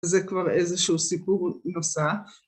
‫זה כבר איזה שהוא סיפור נוסף.